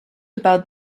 about